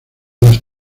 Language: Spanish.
las